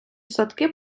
садки